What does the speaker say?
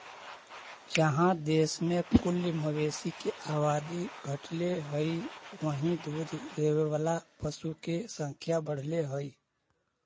जहाँ देश में कुल मवेशी के आबादी घटले हइ, वहीं दूध देवे वाला पशु के संख्या बढ़ले हइ